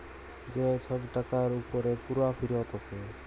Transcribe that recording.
যে ছব টাকার উপরে পুরা ফিরত আসে